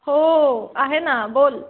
हो हो आहे ना बोल